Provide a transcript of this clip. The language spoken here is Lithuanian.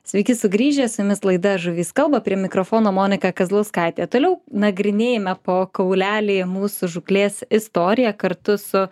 sveiki sugrįžę su jumis laida žuvys kalba prie mikrofono monika kazlauskaitė toliau nagrinėjame po kaulelį mūsų žūklės istoriją kartu su